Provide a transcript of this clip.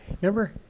Remember